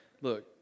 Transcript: Look